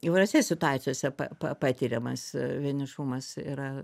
įvairiose situacijose pa pa patiriamas vienišumas yra